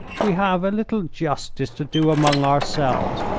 we have a little justice to do among ourselves,